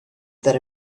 that